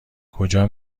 کجا